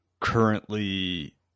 currently